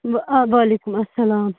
وعلیکُم اَسلام